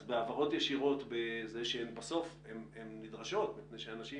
אז ההעברות הישירות שהן נדרשות כי לאנשים